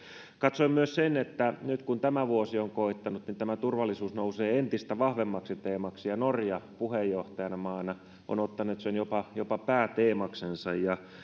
katsoin myös sen että nyt kun tämä vuosi on koittanut niin tämä turvallisuus nousee entistä vahvemmaksi teemaksi ja norja puheenjohtajamaana on ottanut sen jopa pääteemaksensa